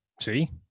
see